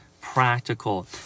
practical